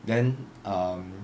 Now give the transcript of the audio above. then um